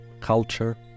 culture